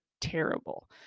terrible